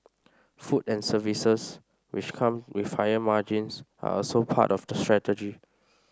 food and services which come with higher margins are also part of the strategy